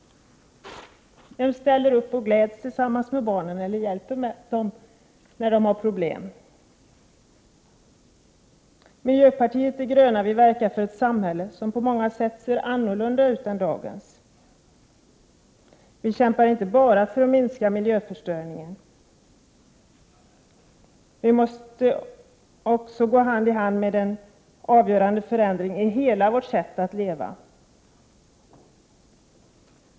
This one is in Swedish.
Vem gläds tillsammans med barnen och ställer upp för dem när de har problem? Miljöpartiet de gröna verkar för ett samhälle som på många sätt ser annorlunda ut än dagens. Vi kämpar inte bara för att minska miljöförstöringen, utan den uppgiften måste gå hand i hand med avgörande förändringar i hela vårt sätt att leva.